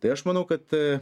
tai aš manau kad